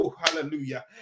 hallelujah